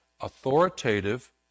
authoritative